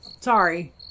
sorry